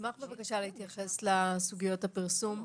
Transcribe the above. אשמח להתייחס לסוגיות הפרסום.